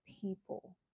people